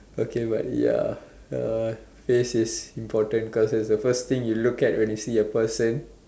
okay but ya uh face is important cause it's a first thing you look at when you see a person